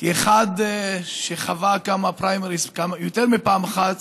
כאחד שחווה כמה פריימריז יותר מפעם אחת